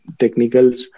technicals